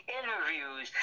interviews